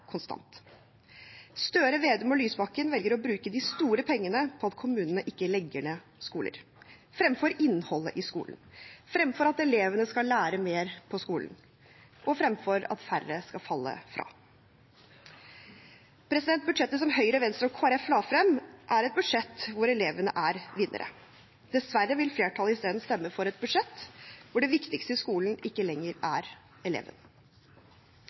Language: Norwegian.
konstant. Støre, Vedum og Lysbakken velger å bruke de store pengene på at kommunene ikke legger ned skoler, fremfor på innholdet i skolen, fremfor at elevene skal lære mer på skolen, og fremfor at færre skal falle fra. Budsjettet som Høyre, Venstre og Kristelig Folkeparti la frem, er et budsjett hvor elevene er vinnere. Dessverre vil flertallet isteden stemme for et budsjett hvor det viktigste i skolen ikke lenger er eleven.